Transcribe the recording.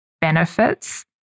benefits